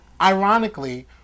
ironically